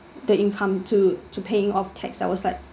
the income to to paying off tax I was like